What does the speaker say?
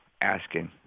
asking